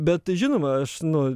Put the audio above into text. bet žinoma aš nu